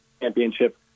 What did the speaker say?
championship